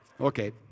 okay